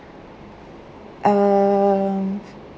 um